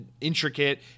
intricate